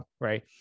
right